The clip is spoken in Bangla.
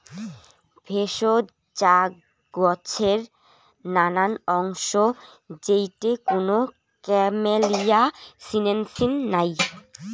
ভেষজ চা গছের নানান অংশ যেইটে কুনো ক্যামেলিয়া সিনেনসিস নাই